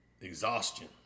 exhaustion